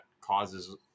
causes